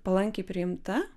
palankiai priimta